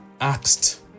asked